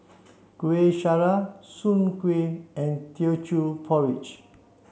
Kueh Syara Soon Kuih and Teochew Porridge